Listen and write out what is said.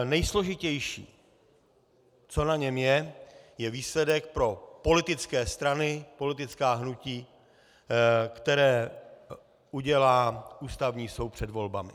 Nejsložitější, co na něm je, je výsledek pro politické strany, politická hnutí, který udělá Ústavní soud před volbami.